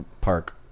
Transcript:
Park